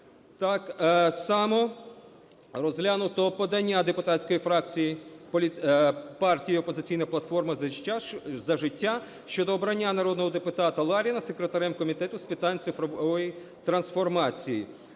Так само розглянуто подання депутатської фракції політпартії "Опозиційна платформа – За життя" щодо обрання народного депутата Ларіна секретарем Комітету з питань цифрової трансформації.